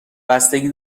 بستگی